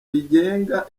rigenga